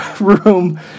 room